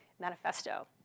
manifesto